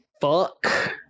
fuck